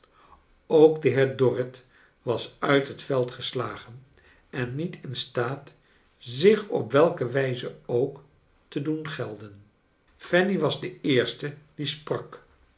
ook de heer dorrit was nit het veld geslagen en niet in staat zich op welke wij ze ook te doen gelden fanny was de eerste die sprak